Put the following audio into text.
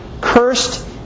cursed